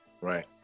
Right